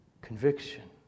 Conviction